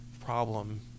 problem